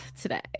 today